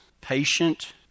patient